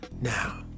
now